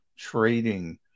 trading